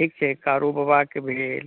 ठीक छै कारूबाबा के भेल